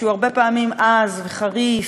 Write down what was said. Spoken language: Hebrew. שהוא הרבה פעמים עז וחריף,